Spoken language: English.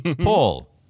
Paul